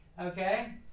okay